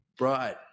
right